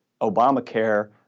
Obamacare